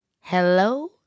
Hello